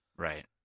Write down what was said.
Right